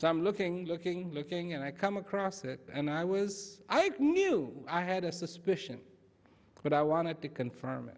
so i'm looking looking looking and i come across and i was i knew i had a suspicion but i wanted to confirm